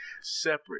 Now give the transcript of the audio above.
separate